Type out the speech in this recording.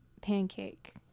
pancake